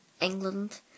England